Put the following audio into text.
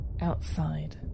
outside